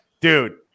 dude